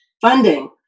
funding